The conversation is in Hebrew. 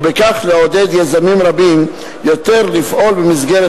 ובכך לעודד יזמים רבים יותר לפעול במסגרת